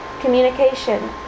Communication